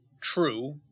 True